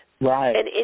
Right